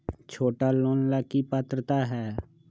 छोटा लोन ला की पात्रता है?